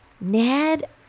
Ned